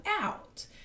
out